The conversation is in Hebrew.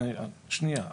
שנייה,